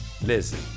listen